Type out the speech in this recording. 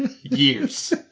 years